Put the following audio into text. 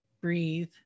breathe